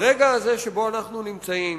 ברגע הזה שבו אנחנו נמצאים,